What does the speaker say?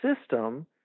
system